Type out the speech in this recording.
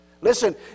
listen